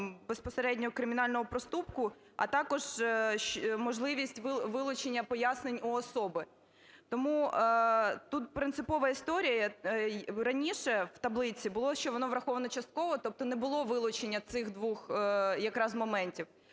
безпосередньо кримінального проступку, а також можливість вилучення пояснень у особи. Тому тут принципова історія, раніше в таблиці було, що воно враховано частково, тобто не було вилучення цих двох якраз моментів.